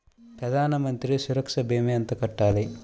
ప్రధాన మంత్రి సురక్ష భీమా ఎంత కట్టాలి?